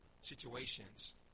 situations